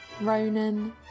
Ronan